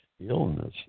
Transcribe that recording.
illness